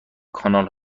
کانال